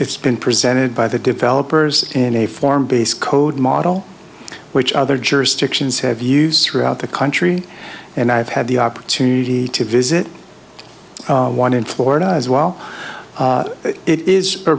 it's been presented by the developers in a form base code model which other jurisdictions have used throughout the country and i've had the opportunity to visit one in florida as well it is a